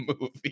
movie